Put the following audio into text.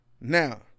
Now